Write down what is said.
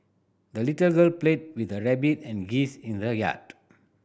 the little girl played with her rabbit and geese in the yard